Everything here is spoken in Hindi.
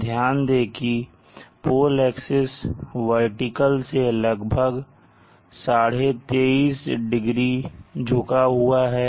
ध्यान दें कि पोल एक्सिस वर्टिकल से लगभग 2312degree झुका हुआ है